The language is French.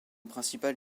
principal